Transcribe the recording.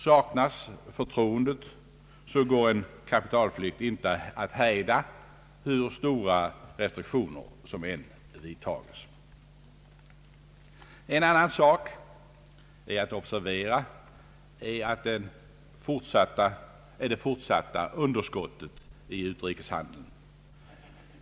Saknas förtroendet går en kapitalflykt inte att hejda, hur stora restriktioner som än vidtages. En annan sak:att observera är det fortsatta underskottet i utrikeshandeln.